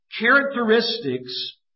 characteristics